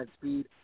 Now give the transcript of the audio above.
speed